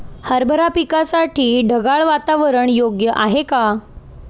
हरभरा पिकासाठी ढगाळ वातावरण योग्य आहे का?